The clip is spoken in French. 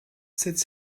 cette